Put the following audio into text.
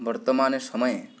वर्तमाने समये